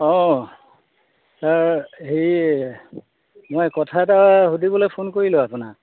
অঁ হেৰি মই কথা এটা সুধিবলৈ ফোন কৰিলোঁ আপোনাক